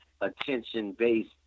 attention-based